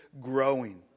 growing